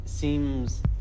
Seems